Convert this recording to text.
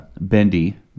bendy